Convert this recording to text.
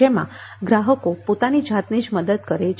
જેમાં ગ્રાહકો પોતાની જાતને જ મદદ કરે છે